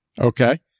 Okay